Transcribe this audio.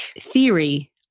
theory